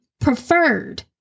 preferred